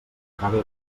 acabe